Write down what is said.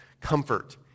comfort